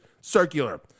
circular